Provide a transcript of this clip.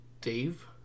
Dave